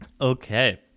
okay